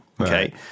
okay